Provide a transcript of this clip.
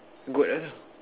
goat ah